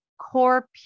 core